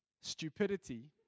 stupidity